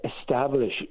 establish